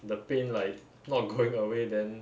the pain like not going away then